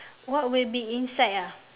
what will be inside ah